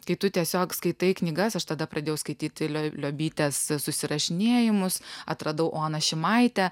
kai tu tiesiog skaitai knygas aš tada pradėjau skaityti liobytės susirašinėjimus atradau oną šimaitę